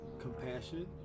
compassion